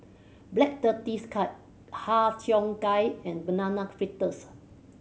Black Tortoise Cake Har Cheong Gai and Banana Fritters